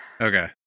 Okay